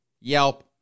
Yelp